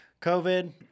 COVID